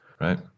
right